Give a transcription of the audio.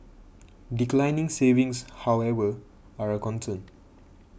declining savings however are a concern